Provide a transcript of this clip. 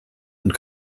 und